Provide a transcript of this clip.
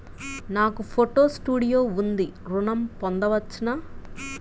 నాకు photo studio ఉంది ఋణం పొంద వచ్చునా?